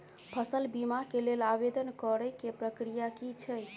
फसल बीमा केँ लेल आवेदन करै केँ प्रक्रिया की छै?